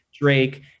Drake